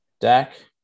Dak